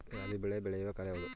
ರಾಬಿ ಬೆಳೆ ಬೆಳೆಯುವ ಕಾಲ ಯಾವುದು?